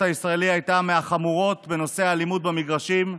הישראלי הייתה מהחמורות בנושא אלימות במגרשים,